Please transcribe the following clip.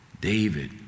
David